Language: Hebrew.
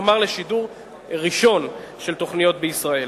כלומר לשידור ראשון של תוכניות בישראל.